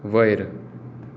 वयर